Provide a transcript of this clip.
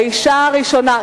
האשה הראשונה,